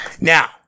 Now